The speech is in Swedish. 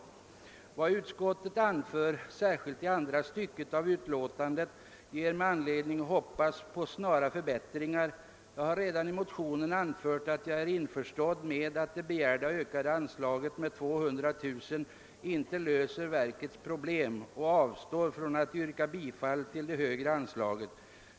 Vad utskottet anför, särskilt i andra stycket av skrivningen, ger mig anledning att hoppas på snara förbättringar. Vi har redan i motionerna anfört att vi är införstådda med att det begärda ökade anslaget med 200 000 kr. inte löser verkets problem, och jag avstår från att yrka bifall till förslaget om det högre anslaget.